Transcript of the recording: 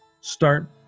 start